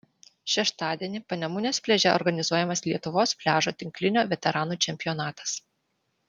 šeštadienį panemunės pliaže organizuojamas lietuvos pliažo tinklinio veteranų čempionatas